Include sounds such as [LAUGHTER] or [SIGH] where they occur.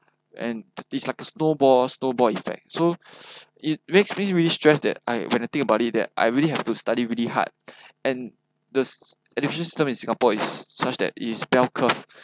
and this like a snowball snowball effect so [BREATH] it makes me really stressed that I when I think about it that I really have to study really hard [BREATH] and the education system in singapore is such that is bell curve [BREATH]